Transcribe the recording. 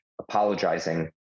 apologizing